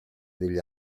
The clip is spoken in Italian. degli